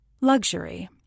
Luxury